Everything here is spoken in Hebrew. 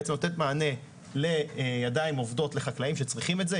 בעצם לתת מענה לידיים עובדות לחקלאים שצריכים את זה.